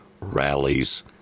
rallies